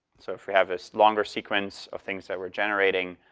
so if we have this longer sequence of things that we're generating,